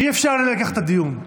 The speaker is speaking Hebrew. אי-אפשר לנהל כך את הדיון.